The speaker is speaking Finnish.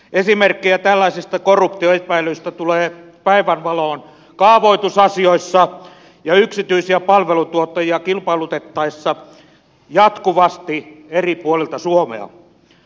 esimerkkejä tällaisista korruptioepäilyistä tulee päivänvaloon kaavoitusasioissa ja yksityisiä palveluntuottajia kilpailutettaessa jatkuvasti eri puolilta suomea